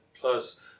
plus